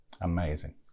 Amazing